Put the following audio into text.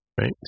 right